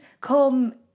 come